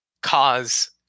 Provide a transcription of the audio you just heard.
cause